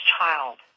child